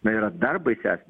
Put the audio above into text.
na yra dar baisesnė